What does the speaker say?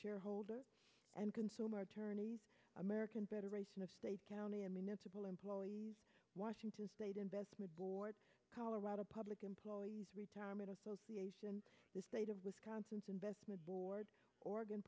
shareholder and consumer attorneys american federation of state county and municipal employees washington state investment board colorado public employees retirement association and the state of wisconsin to investment board oregon